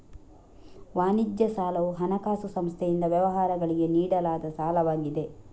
ವಾಣಿಜ್ಯ ಸಾಲವು ಹಣಕಾಸು ಸಂಸ್ಥೆಯಿಂದ ವ್ಯವಹಾರಗಳಿಗೆ ನೀಡಲಾದ ಸಾಲವಾಗಿದೆ